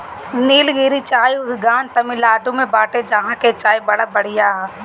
निलगिरी चाय उद्यान तमिनाडु में बाटे जहां के चाय बड़ा बढ़िया हअ